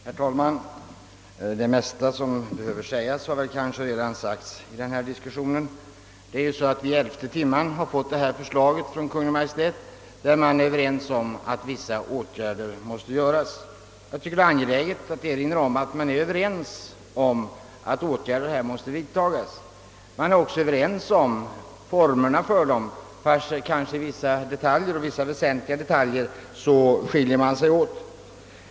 Herr talman! Det mesta som behöver sägas har väl redan anförts i denna diskussion. Vi har så här i elfte timmen fått förslag från Kungl. Maj:ts sida om att vissa åtgärder måste vidtagas för att bemästra situationen på köttmarknaden. Jag tycker att det är angeläget att understryka att vi är överens om detta. Vi är även överens om formerna för dem, även om vi kanske i fråga om vissa detaljer har skilda uppfattningar.